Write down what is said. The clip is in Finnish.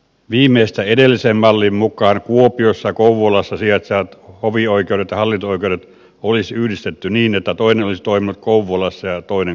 viimeistä edellisen mallin mukaan kuopiossa ja kouvolassa sijaitsevat hovioikeudet ja hallinto oikeudet olisi yhdistetty niin että toinen olisi toiminut kouvolassa ja toinen kuopiossa